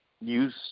use